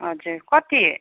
हजुर कति